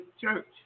Church